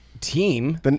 team